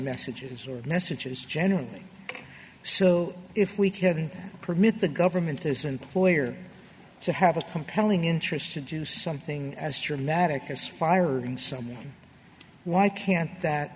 messages or messages generally so if we can permit the government isn't ploy or to have a compelling interest to do something as dramatic as firing someone why can't that